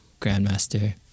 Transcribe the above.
Grandmaster